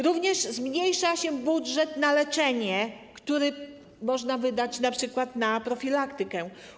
Również zmniejsza się budżet na leczenie, który można wydać np. na profilaktykę.